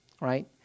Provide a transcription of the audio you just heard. right